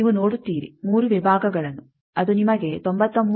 ನೀವು ನೋಡುತ್ತೀರಿ 3 ವಿಭಾಗಗಳನ್ನು ಅದು ನಿಮಗೆ 93